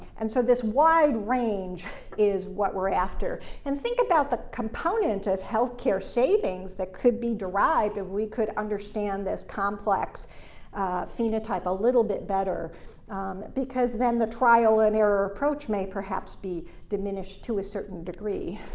and so this wide range is what we're after. and think about the component of healthcare savings that could be derived if we could understand this complex phenotype a little bit better because then the trial-and-error approach may perhaps be diminished to a certain degree.